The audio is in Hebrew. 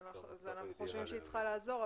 אנחנו חושבים שהיא צריכה לעזור,